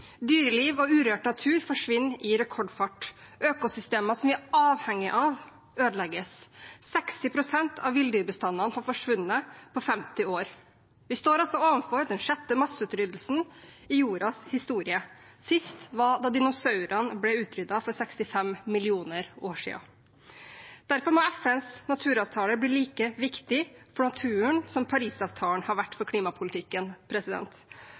av, ødelegges. 60 pst. av villdyrbestandene har forsvunnet på 50 år. Vi står overfor den sjette masseutryddelsen i jordas historie. Sist var da dinosaurene ble utryddet for 65 millioner år siden. Derfor må FNs naturavtale bli like viktig for naturen som Parisavtalen har vært for klimapolitikken.